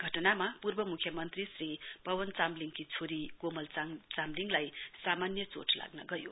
यसमा पूर्व मुख्यमन्त्री श्री पनव चामलिङकी छोरी कोमल चामलिङलाई सामान्य चोट लाग्न गयो